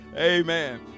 amen